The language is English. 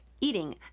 eating